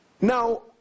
Now